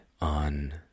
on